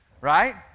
right